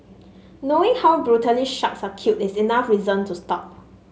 knowing how brutally sharks are killed is enough reason to stop